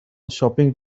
shopping